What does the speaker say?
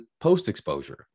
post-exposure